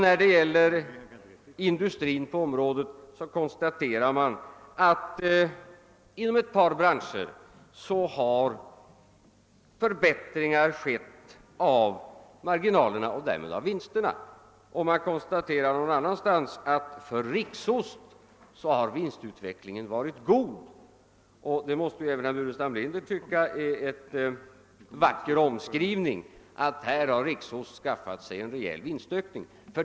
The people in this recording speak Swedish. När det gäller industrin på området konstaterar man att inom ett par branscher har marginalerna och därmed vinsterna förbättrats. Man konstaterar någon annanstans att Riksosts vinstutveckling har varit god, och även herr Burenstam Linder måste väl anse att det är en vacker omskrivning för att Riksost har skaffat sig en rejäl vinstökning.